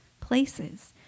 places